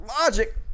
Logic